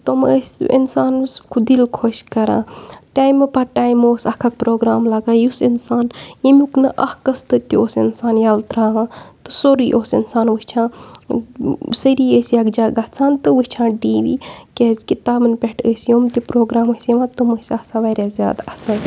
تم ٲسۍ اِنسانَس خۄدِل خۄش کَران ٹایمہٕ پَتہٕ ٹایمہٕ اوس اَکھ پروگرام لَگان یُس اِنسان ییٚمیُک نہٕ اَکھ قٕسطٕ تہِ اوس اِنسان یَلہٕ تراوان تہٕ سورُے اوس اِنسان وٕچھان سٲری ٲسۍ یَکجاہ گژھان تہٕ وٕچھان ٹی وی کیٛازِکہِ تمَن پٮ۪ٹھ ٲسۍ یِم تہِ پرٛوگرام ٲسۍ یِوان تم ٲسۍ آسان واریاہ زیادٕ اَصٕل